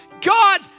God